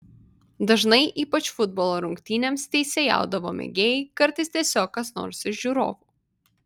dažnai ypač futbolo rungtynėms teisėjaudavo mėgėjai kartais tiesiog kas nors iš žiūrovų